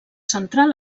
central